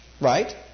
Right